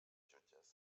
jutges